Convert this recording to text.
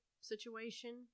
situation